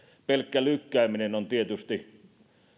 pelkkä lykkääminen on tietysti